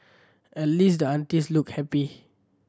at least the aunties looked happy